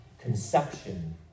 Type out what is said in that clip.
conception